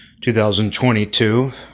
2022